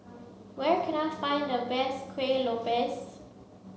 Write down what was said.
where can I find the best Kuih Lopes